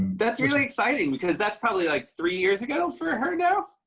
that's really exciting because that's probably like three years ago for ah her now?